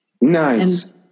Nice